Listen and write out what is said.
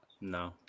No